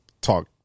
talk